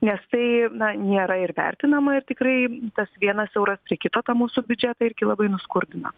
nes tai na nėra ir vertinama ir tikrai tas vienas euras prie kito tą mūsų biudžetą irgi labai nuskurdina